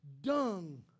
dung